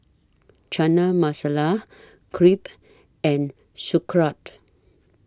Chana Masala Crepe and Sauerkraut